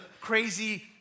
crazy